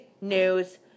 news